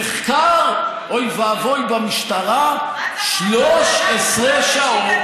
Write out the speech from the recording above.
שנחקר, אוי ואבוי, במשטרה 13 שעות?